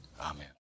amen